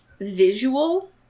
visual